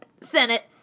Senate